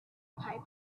pipe